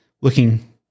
looking